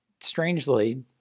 strangely